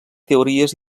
teories